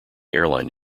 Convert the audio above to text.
airline